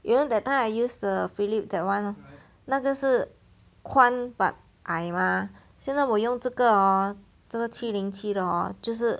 you know that time I use the Philips that [one] 那个是宽 but 矮 mah 现在我用这个这个七零七的 hor 就是